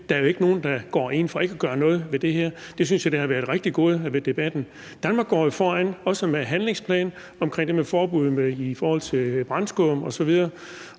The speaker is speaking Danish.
Der er jo ikke nogen, der går ind for ikke at gøre noget ved det her. Det synes jeg har været det rigtig gode ved debatten. Danmark går foran, også med handlingsplanen omkring det med forbud i forhold til brandskum osv.,